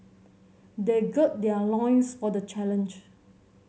they gird their loins for the challenge